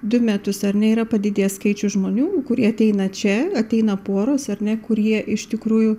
du metus ar ne yra padidėjęs skaičius žmonių kurie ateina čia ateina poros ar ne kurie iš tikrųjų